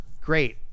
great